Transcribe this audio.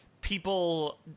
People